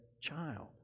child